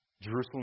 Jerusalem